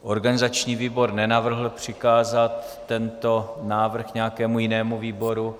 Organizační výbor nenavrhl přikázat tento návrh nějakému jinému výboru.